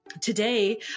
Today